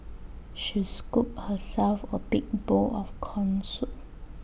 she scooped herself A big bowl of Corn Soup